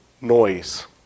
Noise